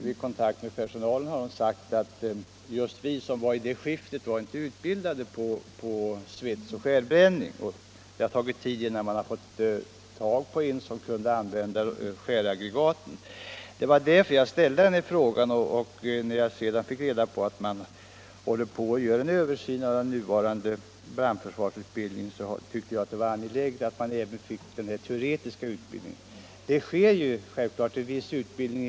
Vid kontakt med brandpersonalen har det sagts att just de som var i tjänst i det skiftet inte var utbildade i svetsning och skärbränning, varför det tog tid innan man fick tag i någon som kunde använda skäraggregatet. Nu pågår alltså en översyn av brandförsvarsutbildningen, och jag tycker att det är angeläget att personalen får både teoretisk och praktisk utbildning i svetsning och skärbränning.